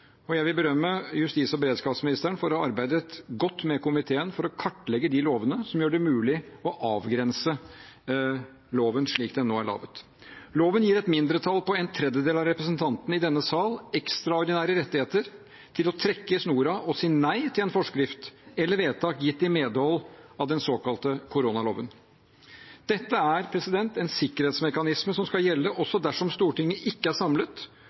Og jeg vil berømme justis- og beredskapsministeren for å ha arbeidet godt med komiteen for å kartlegge de lovene som gjør det mulig å avgrense loven slik den nå er laget. Loven gir et mindretall på en tredjedel av representantene i denne sal ekstraordinære rettigheter til å trekke i snora og si nei til en forskrift eller et vedtak gitt i medhold av den såkalte koronaloven. Dette er en sikkerhetsmekanisme som skal gjelde også dersom Stortinget ikke er samlet,